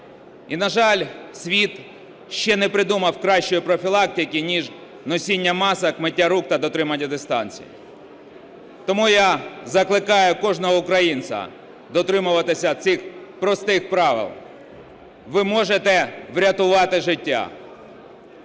І, на жаль, світ ще не придумав кращої профілактики, ніж носіння масок, миття рук та дотримання дистанції. Тому я закликаю кожного українця дотримуватися цих простих правил, ви можете врятувати життя,